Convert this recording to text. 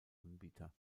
anbieter